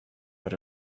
but